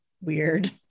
weird